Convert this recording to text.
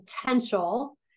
potential